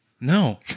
No